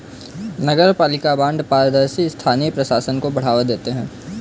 नगरपालिका बॉन्ड पारदर्शी स्थानीय प्रशासन को बढ़ावा देते हैं